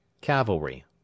Cavalry